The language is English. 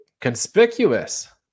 conspicuous